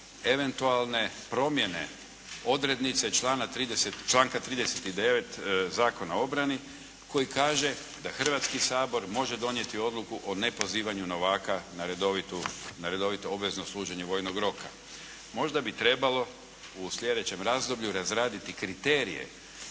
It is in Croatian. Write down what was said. eventualne promjene odrednice članka 39. Zakona o obrani koji kaže da Hrvatski sabor može donijeti odluku o nepozivanju novaka na redovito obvezno služenje vojnog roka. Možda bi trebalo u slijedećem razdoblju razraditi kriterije